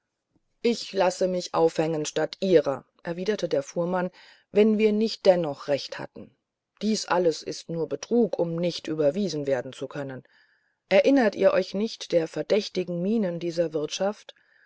ich lasse mich aufhängen statt ihrer erwiderte der fuhrmann wenn wir nicht dennoch recht hatten dies alles ist nur betrug um nicht überwiesen werden zu können erinnert ihr euch nicht der verdächtigen mienen dieser wirtschaft